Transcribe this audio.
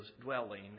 dwelling